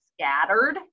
scattered